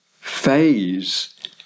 phase